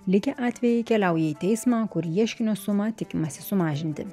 likę atvejai keliauja į teismą kur ieškinio sumą tikimasi sumažinti